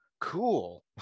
Cool